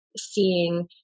seeing